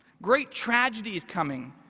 great tragedy is coming,